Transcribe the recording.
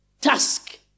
task